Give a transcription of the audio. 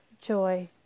joy